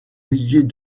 milliers